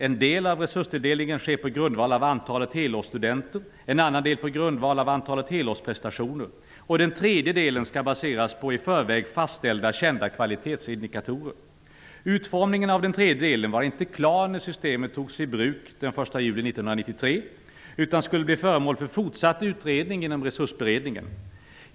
En del av resurstilldelningen sker på grundval av antalet helårsstudenter. Den andra delen sker på grundval av antalet helårsprestationer. Den tredje delen skulle basera sig på i förväg fastställda kända kvalitetsindikatorer. Utformningen av den tredje delen var inte klar när systemet togs i bruk den 1 juli 1993 utan skulle bli föremål för fortsatt utredning inom Resursberedningen.